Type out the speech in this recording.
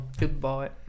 goodbye